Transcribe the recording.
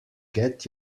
get